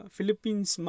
Philippines